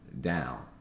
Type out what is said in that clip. down